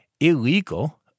Illegal